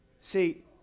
See